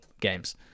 games